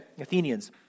Athenians